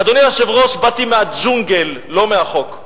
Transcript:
אדוני היושב-ראש, באתי מהג'ונגל, לא מהחוק.